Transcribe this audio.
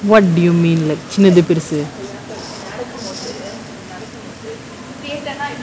what do you mean like சின்னது பெருசு:chinnathu perusu